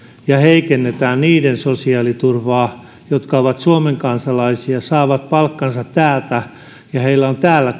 ja heikennetään niiden sosiaaliturvaa jotka ovat suomen kansalaisia ja saavat palkkansa täältä ja joilla on täällä